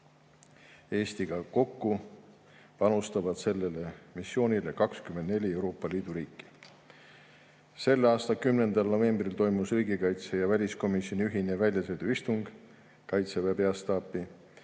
Eestiga kokku panustavad sellesse missiooni 24 Euroopa Liidu riiki. Selle aasta 10. novembril toimus riigikaitsekomisjoni ja väliskomisjoni ühine väljasõiduistung Kaitseväe peastaapi,